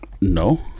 No